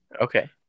okay